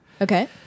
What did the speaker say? Okay